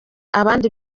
abandi